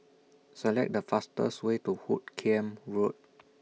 Select The fastest Way to Hoot Kiam Road